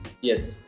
Yes